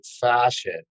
fashion